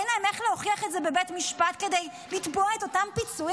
אין להם איך להוכיח את זה בבית משפט כדי לתבוע את אותם פיצויים.